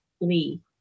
Lee